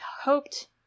hoped